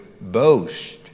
boast